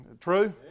True